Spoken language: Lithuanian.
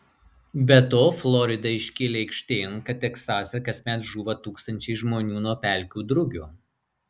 be to florida iškėlė aikštėn kad teksase kasmet žūva tūkstančiai žmonių nuo pelkių drugio